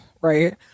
right